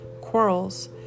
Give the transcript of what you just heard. quarrels